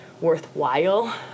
worthwhile